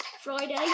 Friday